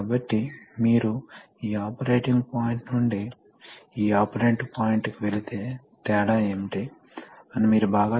కాబట్టి మీకు అవసరం లేనప్పుడు మీకు తగినంత కంప్రెస్డ్ ప్రెషర్ సరఫరా ఉన్నప్పుడు అప్పుడు ఈ కంప్రెషర్లను అన్లోడ్ చేసే యంత్రాంగాలు ఉండాలి